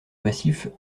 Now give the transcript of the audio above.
massif